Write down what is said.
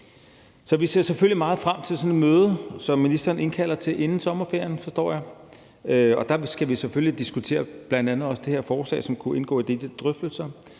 vi ser selvfølgelig meget frem til sådan et møde, som ministeren indkalder til inden sommerferien, forstår jeg. Der skal vi selvfølgelig diskutere bl.a. også det her forslag, som kunne indgå i de drøftelser.